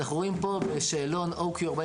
אנחנו רואים פה שאלון OQ-45,